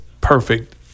perfect